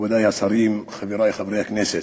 מכובדי השרים, חברי חברי הכנסת,